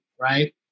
right